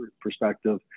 perspective